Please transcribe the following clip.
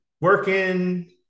working